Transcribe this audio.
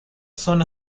son